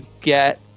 get